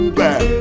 back